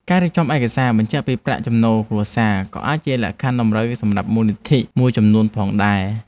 ការរៀបចំឯកសារបញ្ជាក់ពីប្រាក់ចំណូលគ្រួសារក៏អាចជាលក្ខខណ្ឌតម្រូវសម្រាប់មូលនិធិមួយចំនួនផងដែរ។